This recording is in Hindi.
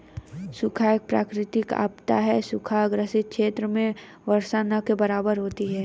सूखा एक प्राकृतिक आपदा है सूखा ग्रसित क्षेत्र में वर्षा न के बराबर होती है